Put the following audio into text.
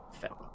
film